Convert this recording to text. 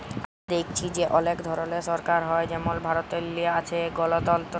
আমরা দ্যাইখছি যে অলেক ধরলের সরকার হ্যয় যেমল ভারতেল্লে আছে গলতল্ত্র